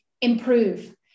improve